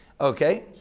Okay